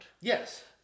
Yes